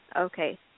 Okay